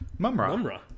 Mumra